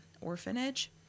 orphanage